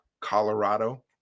Colorado